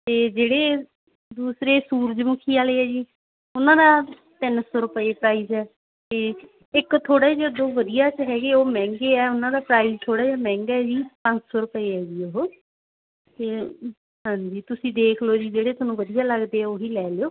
ਅਤੇ ਜਿਹੜੇ ਦੂਸਰੇ ਸੂਰਜਮੁਖੀ ਵਾਲੇ ਹੈ ਜੀ ਉਹਨਾਂ ਦਾ ਤਿੰਨ ਸੌ ਰੁਪਏ ਪ੍ਰਾਈਜ ਹੈ ਅਤੇ ਇੱਕ ਥੋੜ੍ਹੇ ਜਿਹੇ ਜੋ ਵਧੀਆ 'ਚ ਹੈਗੇ ਉਹ ਮਹਿੰਗੇ ਆ ਉਹਨਾਂ ਦਾ ਪ੍ਰਾਈਜ ਥੋੜ੍ਹਾ ਜਿਹਾ ਮਹਿੰਗਾ ਜੀ ਪੰਜ ਸੌ ਰੁਪਏ ਹੈ ਜੀ ਉਹ ਤਾਂ ਹਾਂਜੀ ਤੁਸੀਂ ਦੇਖ ਲਓ ਜੀ ਜਿਹੜੇ ਤੁਹਾਨੂੰ ਵਧੀਆ ਲੱਗਦੇ ਉਹੀ ਲੈ ਲਿਓ